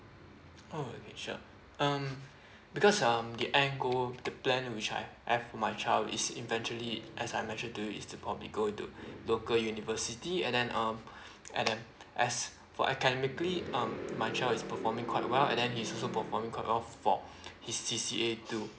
oh okay sure um because um go the plan which I have for my child is eventually as I mentioned to you is probably go into local university and then um and then as for academically um my child is performing quite well and the he is also performing quite well for his C_C_A to